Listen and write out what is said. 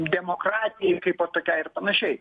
demokratijai kaipo tokiai ir panašiai